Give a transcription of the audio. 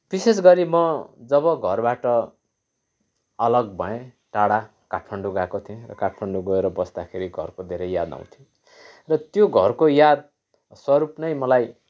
विशेषगरि म जब घरबाट अलग भएँ टाढा काठमाडौँ गएको थिएँ र काठमाडौँ गएर बस्दाखेरि घरको धेरै याद आउँथ्यो र त्यो घरको याद स्वरूप नै मलाई